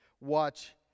watch